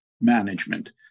management